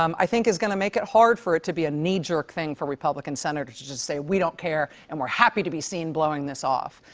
um i think is going to make it hard for it to be a knee jerk thing for republican senators to just say, we don't care, and we're happy to be seen blowing this off.